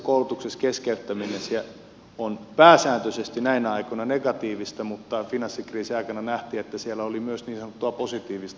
ammatillisessa koulutuksessa keskeyttäminen on pääsääntöisesti näinä aikoina negatiivista mutta finanssikriisin aikana nähtiin että siellä oli myös niin sanottua positiivista